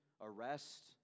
arrest